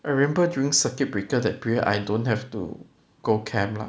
I remember during circuit breaker that period I don't have to go camp lah